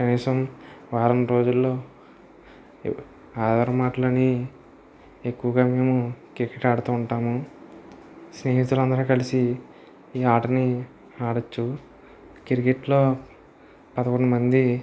కనీసం వారం రోజుల్లో ఆదివారం ఆటల్ని ఎక్కువగా మేము క్రికెట్ ఆడుతూ ఉంటాము స్నేహితులు అందరూ కలిసి ఈ ఆటని ఆడచ్చు క్రికెట్ లో పదకొండు మంది